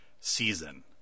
season